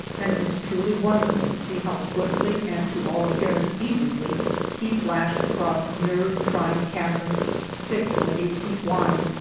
and it was truly wonderful to see how swiftly and to all appearance heedlessly he flashed across nerve-trying chasms six or eight feet wide.